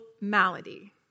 malady